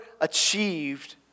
achieved